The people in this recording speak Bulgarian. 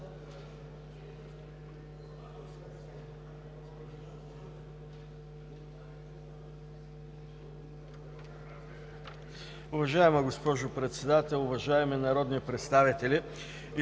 Уважаема госпожо Председател, уважаеми народни представители!